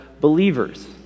believers